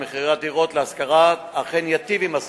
מחירי הדירות להשכרה אכן ייטיב עם השוכרים.